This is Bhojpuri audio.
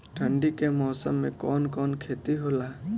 ठंडी के मौसम में कवन कवन खेती होला?